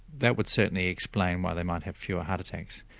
that would certainly explain why they might have fewer heart attacks.